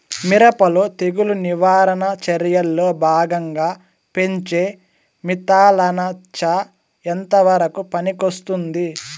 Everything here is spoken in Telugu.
మిరప లో తెగులు నివారణ చర్యల్లో భాగంగా పెంచే మిథలానచ ఎంతవరకు పనికొస్తుంది?